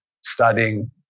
studying